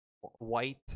white